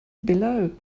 below